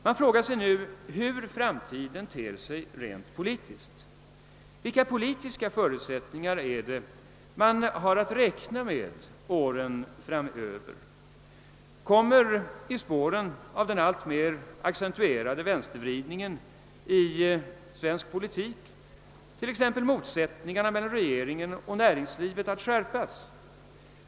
Man frågar sig nu hur framtiden ter sig rent politiskt. Vilka politiska förutsättningar har man att räkna med under åren framöver? Kommer i spåren av den alltmer accentuerade vänstervridningen i svensk politik t.ex. motsättningarna mellan regeringen och näringslivet att skärpas?